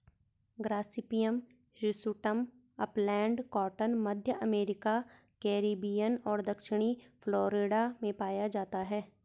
Gossypium hirsutum upland cotton, मध्य America, Caribbean और दक्षिणी फ्लोरिडा में पाया जाता है